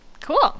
Cool